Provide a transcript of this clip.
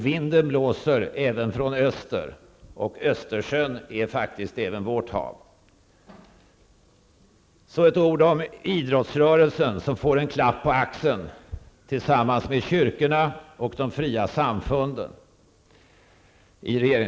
Vinden blåser även från öster, och Östersjön är faktiskt även vårt hav. Så ett ord om idrottsrörelsen, som i regeringsförklaringen får en klapp på axeln tillsammans med kyrkorna och de fria samfunden.